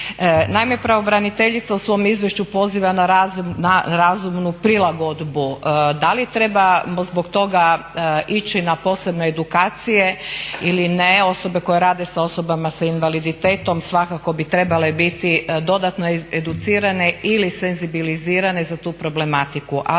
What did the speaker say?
Naime, pravobraniteljica u svom izvješću poziva na razumnu prilagodbu. Da li trebamo zbog toga ići na posebne edukacije ili ne? Osobe koje rade sa osobama sa invaliditetom svakako bi trebale biti dodatno educirane ili senzibilizirane za tu problematiku.